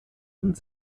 und